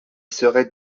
serais